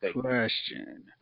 question